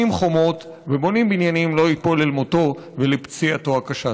חומות ובונים בניינים לא ייפול אל מותו ולפציעתו הקשה.